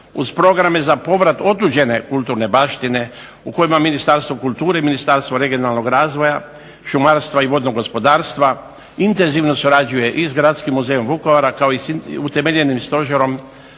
uz programe za povrat otuđene kulturne baštine u kojima Ministarstvo kulture i Ministarstvo regionalnog razvoja, šumarstva i vodnog gospodarstva intenzivno surađuje i s gradskim muzejom Vukovara kao i utemeljenim stožerom